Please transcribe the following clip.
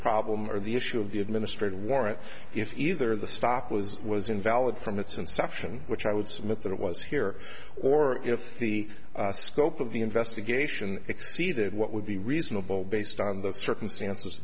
problem or the issue of the administrative warrant if either the stop was was invalid from its inception which i would submit that it was here or if the scope of the investigation exceeded what would be reasonable based on the circumstances